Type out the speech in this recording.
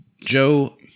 Joe